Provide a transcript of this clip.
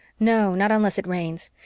no not unless it rains.